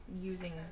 using